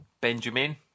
Benjamin